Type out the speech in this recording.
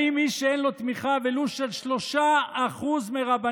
האם מי שאין לו תמיכה ולו של 3% מרבני